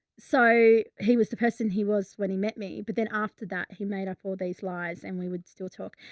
so he was the person he was when he met me. but then after that he made up all these lies and we would still talk.